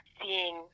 seeing